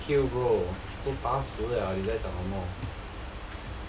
eighty kill bro 都八十了你在讲什么